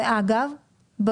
אין לי של חד"ש-תע"ל.